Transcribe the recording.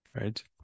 Right